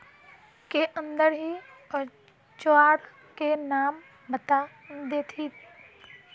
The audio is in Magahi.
के अंदर ही औजार के नाम बता देतहिन?